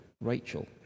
Rachel